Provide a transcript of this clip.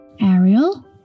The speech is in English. Ariel